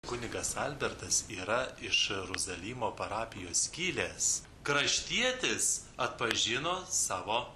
kunigas albertas yra iš rozalimo parapijos kilęs kraštietis atpažino savo